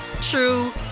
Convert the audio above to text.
true